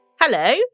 Hello